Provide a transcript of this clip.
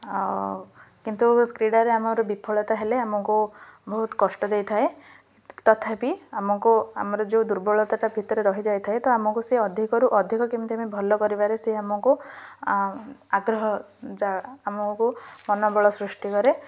ଆଉ କିନ୍ତୁ କ୍ରୀଡ଼ାରେ ଆମର ବିଫଳତା ହେଲେ ଆମକୁ ବହୁତ କଷ୍ଟ ଦେଇଥାଏ ତଥାପି ଆମକୁ ଆମର ଯେଉଁ ଦୁର୍ବଳତାଟା ଭିତରେ ରହିଯାଇଥାଏ ତ ଆମକୁ ସେ ଅଧିକରୁ ଅଧିକ କେମିତି ଆମେ ଭଲ କରିବାରେ ସେ ଆମକୁ ଆଗ୍ରହ ଆମକୁ ମନୋବଳ ସୃଷ୍ଟି କରେ